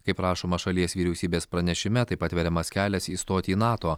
kaip rašoma šalies vyriausybės pranešime taip atveriamas kelias įstoti į nato